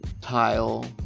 tile